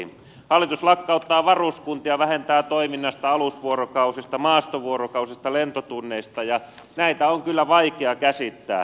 hallitus lakkauttaa varuskuntia ja vähentää toiminnasta alusvuorokausista maastovuorokausista lentotunneista ja näitä on kyllä vaikea käsittää